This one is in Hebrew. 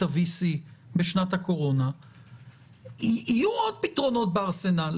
ה-VC בשנת הקורונה יהיו עוד פתרונות בארסנל,